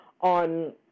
on